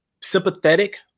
sympathetic